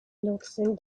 noticing